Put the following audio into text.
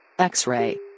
X-Ray